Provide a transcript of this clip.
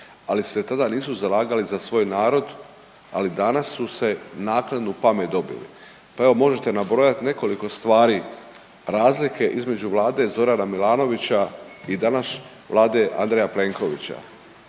ali se tada nisu zalagali za svoj narod ali danas su se naknadnu pamet dobili. Pa evo možete nabrojati nekoliko stvari razlike između vlade Zorana Milanovića i danas vlade Andreja Plenkovića.